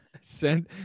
Send